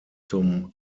zum